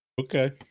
Okay